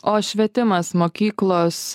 o švietimas mokyklos